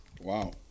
Wow